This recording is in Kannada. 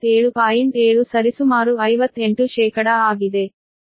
7 ಸರಿಸುಮಾರು 58 ಆಗಿದೆ